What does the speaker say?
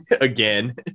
again